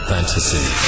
Fantasy